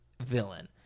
Villain